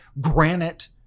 granite